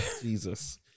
Jesus